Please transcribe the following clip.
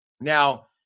now